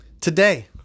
Today